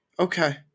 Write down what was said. Okay